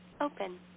open